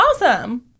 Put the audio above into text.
Awesome